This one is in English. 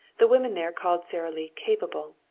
the women there called sara lee capable,